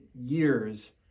years